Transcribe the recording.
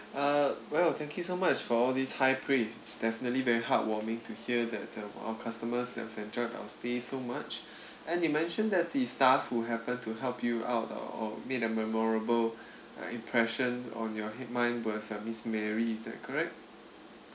uh well thank you so much for all these high praise definitely very heartwarming to hear that um our customers have enjoyed our stay so much and you mentioned that the staff who happened to help you out or or made a memorable uh impression on your hea~ mind was uh miss mary is that correct